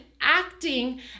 acting